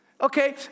Okay